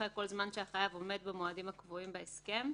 כל זמן שהחייב עומד במועדים הקבועים בהסכם,